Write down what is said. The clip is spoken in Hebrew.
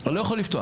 אני לא יכול לפתוח.